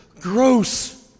Gross